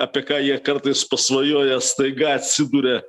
apie ką jie kartais pasvajoja staiga atsiduria